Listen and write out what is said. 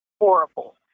horrible